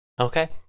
Okay